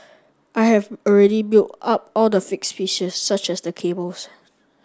I have already built up all the fixed pieces such as the cables